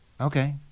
okay